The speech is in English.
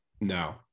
No